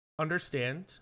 understand